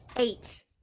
Eight